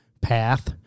path